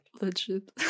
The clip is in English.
legit